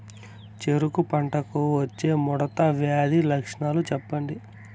చెరుకు పంటకు వచ్చే ముడత వ్యాధి లక్షణాలు చెప్పండి?